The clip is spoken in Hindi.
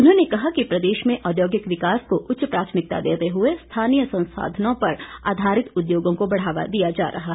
उन्होंने कहा कि प्रदेश में औद्योगिक विकास को उच्च प्राथमिकता देते हुए स्थानीय संसाधनों पर आधारित उद्योगों को बढ़ावा दिया जा रहा है